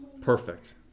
perfect